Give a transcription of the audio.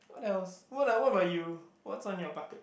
I was what what about you what is on your bucket